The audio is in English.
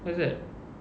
where is that